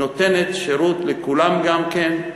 נותנת שירות לכולם, גם כן.